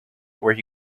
where